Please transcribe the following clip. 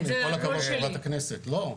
עם כל הכבוד חברת הכנסת, לא.